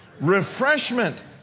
Refreshment